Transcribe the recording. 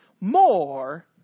More